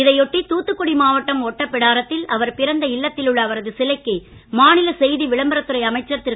இதையொட்டி தூத்துக்குடி மாவட்டம் ஒட்டப்பிடாரத்தில் அவர் பிறந்த இல்லத்தில் உள்ள அவரது சிலைக்கு மாநில செய்தி விளம்ரபரத் துறை அமைச்சர் திரு